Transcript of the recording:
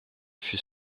fut